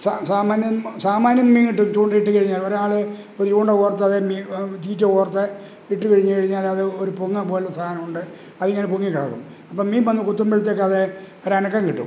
സാമാന്യം സാമാന്യം മീൻ കിട്ടും ചൂണ്ട ഇട്ടു കഴിഞ്ഞാൽ ഒരാൾ ഒരു ചൂണ്ട കോര്ത്ത് അതെ മീൻ തീറ്റ കോര്ത്ത് ഇട്ടു കഴിഞ്ഞ് കഴിഞ്ഞാൽ അത് ഒരു പൊങ്ങ പോലെ സാധനമുണ്ട് അതിങ്ങനെ പൊങ്ങിക്കിടക്കും അപ്പം മീന് വന്ന് കൊത്തുമ്പോഴത്തേക്ക് അത് ഒരു അനക്കം കിട്ടും